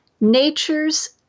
Nature's